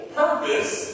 purpose